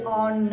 on